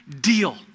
deal